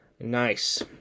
Nice